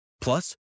Plus